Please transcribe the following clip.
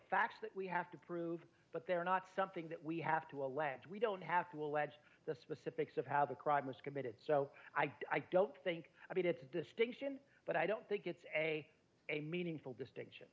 facts that we have to prove but they're not something that we have to allege we don't have to allege the septics of how the crime was committed so i don't think i mean it's a distinction but i don't think it's a a meaningful distinction